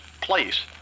place